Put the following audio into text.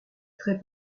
très